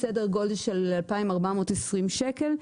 סדר גודל של 2,420 שקל,